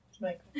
Michael